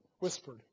whispered